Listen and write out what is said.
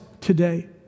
today